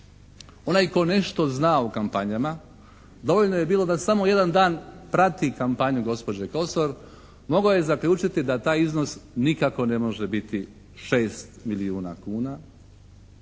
Onaj tko nešto zna o kampanjama dovoljno je bilo da samo jedan dan prati kampanju gospođe Kosor mogao je zaključiti da taj iznos nikako ne može biti 6 milijuna kuna.